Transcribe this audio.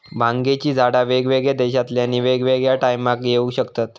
भांगेची झाडा वेगवेगळ्या देशांतल्यानी वेगवेगळ्या टायमाक येऊ शकतत